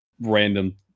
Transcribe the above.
random